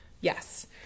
Yes